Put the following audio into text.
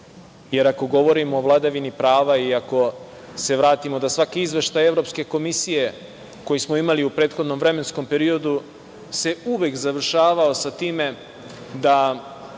jer ako govorimo o vladavini prava i ako se vratimo da svaki izveštaj Evropske komisije koji smo imali u prethodnom vremenskom periodu se uvek završavao sa time da